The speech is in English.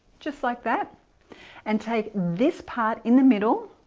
just like that and take this part in the middle